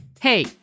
Hey